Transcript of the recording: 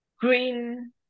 green